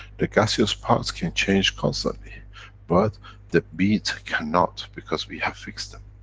the gaseous parts can change constantly but the beads cannot because we have fixed them.